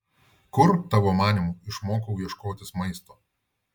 kur tavo manymu išmokau ieškotis maisto